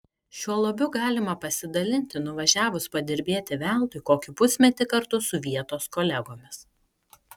šiuo lobiu galima pasidalinti nuvažiavus padirbėti veltui kokį pusmetį kartu su vietos kolegomis